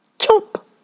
Chop